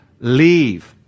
leave